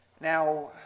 Now